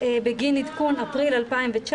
בגין עדכון אפריל 2019,